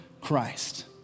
Christ